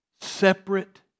separate